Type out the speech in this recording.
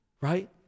right